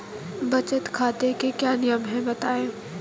बचत खाते के क्या नियम हैं बताएँ?